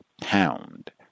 pound